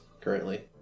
currently